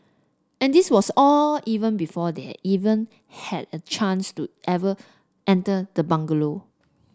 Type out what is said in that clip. and this was all even before they even had the chance to every enter the bungalow